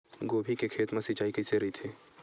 गोभी के खेत मा सिंचाई कइसे रहिथे?